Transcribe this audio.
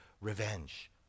revenge